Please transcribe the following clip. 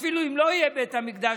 גם אם לא יהיה בית המקדש,